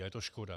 A je to škoda.